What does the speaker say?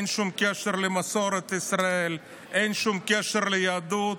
אין שום קשר למסורת ישראל, אין שום קשר ליהדות.